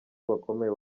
bakomeye